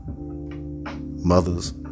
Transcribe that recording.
mothers